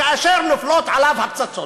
כאשר נופלות עליו הפצצות?